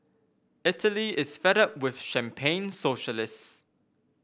Italy is fed up with champagne socialists